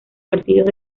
partidos